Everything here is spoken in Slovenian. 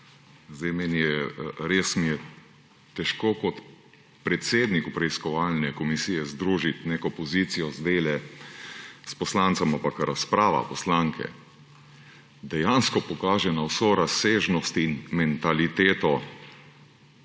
Res mi je težko kot predsedniku preiskovalne komisije združiti neko pozicijo zdajle s poslancem, ampak razprava poslanke dejansko pokaže na vso razsežnost in mentaliteto